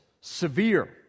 severe